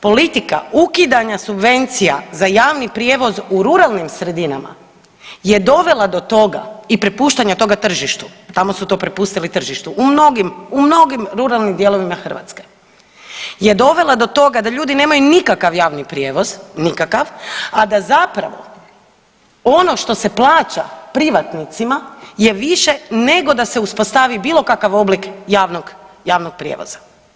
Politika ukidanja subvencija za javni prijevoz u ruralnim sredinama je dovela do toga i prepuštanja toga tržištu, tamo su to prepustili tržištu u mnogima ruralnim dijelovima Hrvatske je dovela do toga da ljudi nemaju nikakav javni prijevoz, nikakav, a da zapravo ono što se plaća privatnicima je više nego da se uspostavi bilokakav oblik javnog prijevoza.